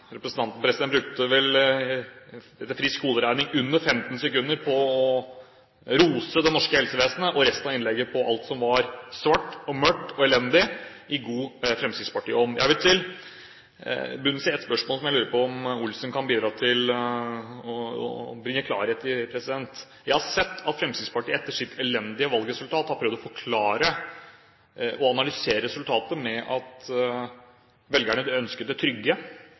brukte vel, etter frisk hoderegning, under 15 sekunder på å rose det norske helsevesenet, og resten av innlegget på alt som var sårt og mørkt og elendig, i god fremskrittspartiånd. Jeg vil til bunns i ett spørsmål som jeg lurer på om Per Arne Olsen kan bidra til å bringe klarhet i. Jeg har sett at Fremskrittspartiet etter sitt elendige valgresultat har prøvd å forklare og analysere resultatet med at velgerne ønsker det trygge,